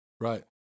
right